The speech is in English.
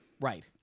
Right